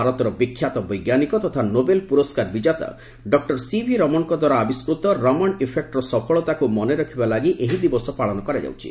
ଭାରତର ବିଖ୍ୟାତ ବୈଜ୍ଞାନିକ ତଥା ନୋବେଲ ପୁରସ୍କାର ବିଜେତା ଡକୁର ସିଭି ରମଣଙ୍କ ଦ୍ୱାରା ଆବିଷ୍କୃତ ରମଣ ଇଫେକୁର ସଫଳତାକୁ ମନେରଖିବା ଲାଗି ଏହି ଦିବସ ପାଳନ କରାଯାଉଛି